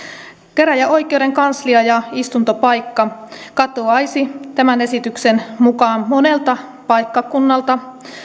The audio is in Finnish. käräjäoikeuden kanslia ja istuntopaikka katoaisi tämän esityksen mukaan monelta paikkakunnalta